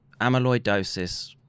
amyloidosis